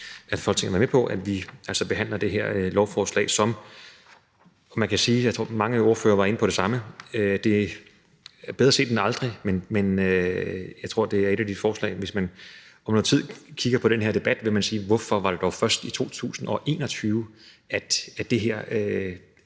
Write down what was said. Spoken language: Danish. at Folketinget er med på, at vi behandler det her lovforslag. Bedre sent end aldrig, kan man sige – og mange af ordførerne var inde på det samme – men jeg tror, at det er et af de forslag, hvorom man, hvis man om noget tid kigger på den her debat, siger: Hvorfor var det dog først i 2021, at det her